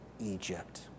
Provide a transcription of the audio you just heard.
Egypt